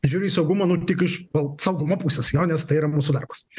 žiūri į saugumą nu tik iš saugumo pusės jo nes tai yra mūsų darbas